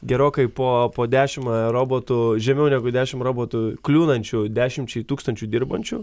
gerokai po po dešimt robotų žemiau negu dešimt robotų kliūnančių dešimčiai tūkstančių dirbančių